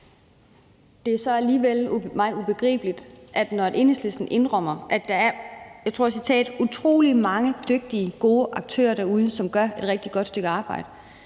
Det er mig ubegribeligt, når Enhedslisten indrømmer, at der er utrolig mange dygtige, gode aktører derude, som gør et rigtig godt stykke arbejde,